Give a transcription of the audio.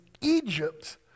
Egypt